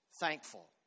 thankful